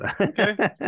okay